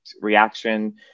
Reaction